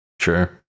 sure